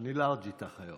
אני לארג' איתך.